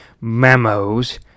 memos